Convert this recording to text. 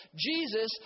Jesus